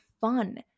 fun